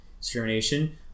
discrimination